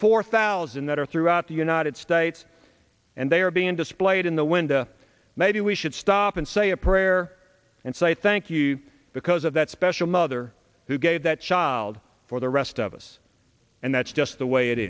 four thousand that are throughout the united states and they are being displayed in the window maybe we should stop and say a prayer and say thank you because of that special mother who gave that child for the rest of us and that's just the way it